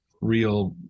real